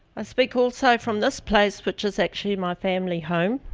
i speak also from this place, which is actually my family home.